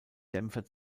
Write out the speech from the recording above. dämpfer